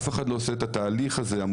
אף אחד לא עושה את התהליך החשוב,